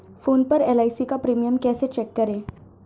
Phone पर LIC का premium कैसे चेक करें?